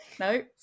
No